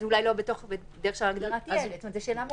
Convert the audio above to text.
זאת שאלה מהותית,